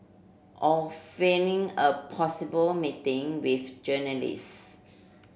or feigning a possible meeting with journalist